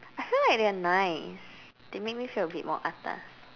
I feel like they're nice they make me feel a bit more atas